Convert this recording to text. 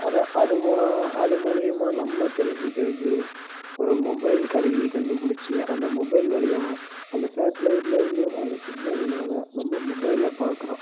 அதை அது அது மூலயமா நம்ம தெரிஞ்சிக்கிறக்கு ஒரு மொபைல் கருவியை கண்டுபிடிச்சி அந்த மொபைல் வழியாக அந்த ஷேட்லைட்ல இருந்து வர்ற சிக்னல்னால் நம்ம மொபைல்ல பார்க்குறோம்